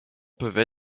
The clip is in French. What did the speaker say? peuvent